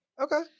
Okay